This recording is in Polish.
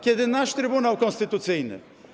Kiedy nasz Trybunał Konstytucyjny.